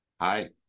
Hi